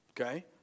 okay